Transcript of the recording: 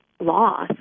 loss